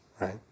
right